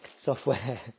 software